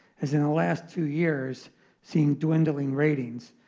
has in the last two years seen dwindling ratings.